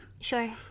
Sure